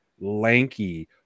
lanky